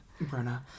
Brenna